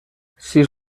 sis